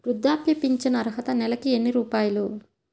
వృద్ధాప్య ఫింఛను అర్హత నెలకి ఎన్ని రూపాయలు?